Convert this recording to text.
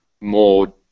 more